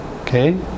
okay